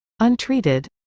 Untreated